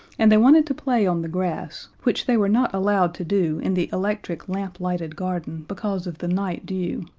and they wanted to play on the grass, which they were not allowed to do in the electric lamp-lighted garden because of the night-dew.